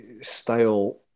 style